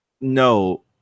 No